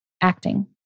acting